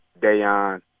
dayon